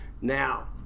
Now